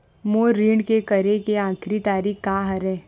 मोर ऋण के करे के आखिरी तारीक का हरे?